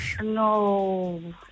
No